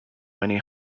many